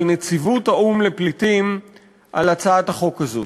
נציבות האו"ם לפליטים על הצעת החוק הזאת.